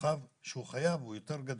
המרחב שהוא חייב הוא יותר גדול,